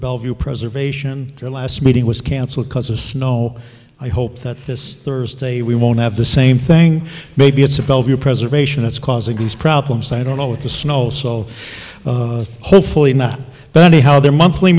bellevue preservation their last meeting was canceled because of snow i hope that this thursday we won't have the same thing maybe it's a bellevue preservation that's causing these problems i don't know with the snow so hopefully not but anyhow their monthly